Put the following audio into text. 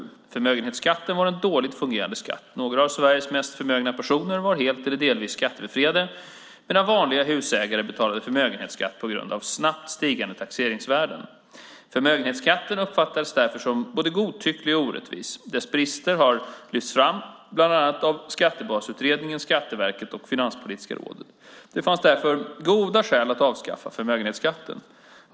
Förmögenhetsskatten var en dåligt fungerande skatt. Några av Sveriges mest förmögna personer var helt eller delvis skattebefriade medan vanliga husägare betalade förmögenhetsskatt på grund av snabbt stigande taxeringsvärden. Förmögenhetsskatten uppfattades därför som både godtycklig och orättvis. Dess brister har lyfts fram av bland annat Skattebasutredningen, Skatteverket och Finanspolitiska rådet. Det fanns därför goda skäl för att avskaffa förmögenhetsskatten.